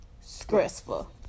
Stressful